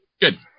Good